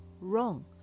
wrong